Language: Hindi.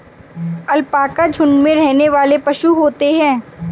अलपाका झुण्ड में रहने वाले पशु होते है